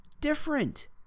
different